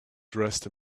dressed